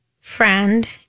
friend